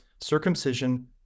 Circumcision